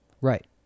Right